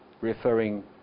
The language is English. referring